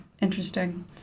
interesting